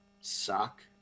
suck